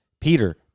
peter